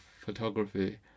photography